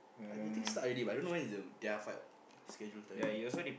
I think start already but I don't know when is the their fight schedule timing